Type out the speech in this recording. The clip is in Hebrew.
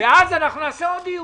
ואז נעשה עוד דיון.